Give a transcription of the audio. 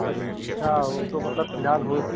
अच्छा मतलब वो तो फ़िलहाल